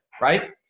right